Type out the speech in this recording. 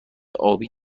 آبی